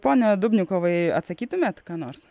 pone dubnikovai atsakytumėt ką nors